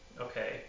Okay